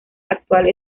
actual